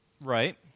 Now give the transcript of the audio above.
Right